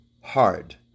hard